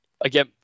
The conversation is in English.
again